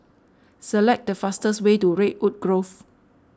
select the fastest way to Redwood Grove